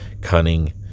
cunning